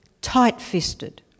tight-fisted